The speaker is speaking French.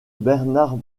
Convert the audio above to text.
bernard